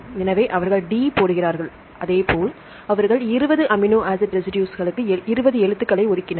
எனவே அவர்கள் D போடுகிறார்கள் அதேபோல் அவர்கள் 20 அமினோ ஆசிட் ரெசிடுஸ்களுக்கு 20 எழுத்துகளை ஒதுக்கினர்